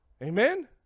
Amen